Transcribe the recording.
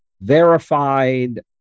verified